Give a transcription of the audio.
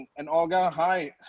and olga hi.